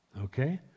Okay